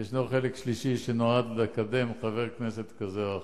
וישנו חלק שלישי שנועד לקדם חבר כנסת כזה או אחר.